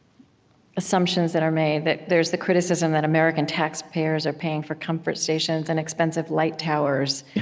assumptions that are made that there's the criticism that american taxpayers are paying for comfort stations and expensive light towers.